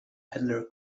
peddler